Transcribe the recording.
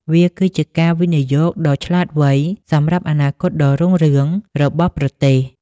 វាគឺជាការវិនិយោគដ៏ឆ្លាតវៃសម្រាប់អនាគតដ៏រុងរឿងរបស់ប្រទេស។